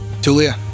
Tulia